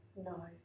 No